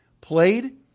played